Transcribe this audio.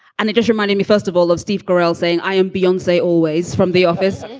and it is your money me festival of steve gorrell saying i am beyond, say, always from the office.